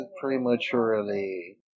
prematurely